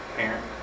parent